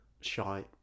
Shite